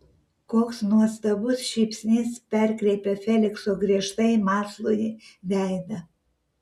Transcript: koks nuostabus šypsnys perkreipia felikso griežtai mąslųjį veidą